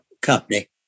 company